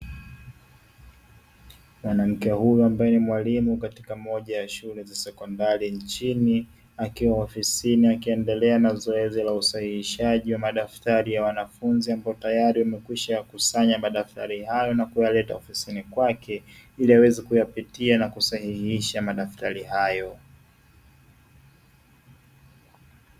Mwanamke huyu ambae ni mwalimu katika moja ya shule za sekondari nchini, akiwa ofisini akiendelea na zoezi la usahihishaji wa madaftari ya wanafunzi ambao tayari wamekwisha yakusanya madaftar hayo na kuyaleta ofisini kwake, ili aweze kuyapitia na kusahihisha madaftari hayo.